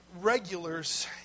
regulars